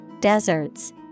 deserts